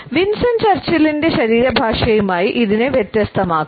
Winston ചർച്ചിലിന്റെ ശരീരഭാഷയുമായി ഇതിനെ വ്യത്യസ്തമാക്കാം